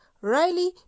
Riley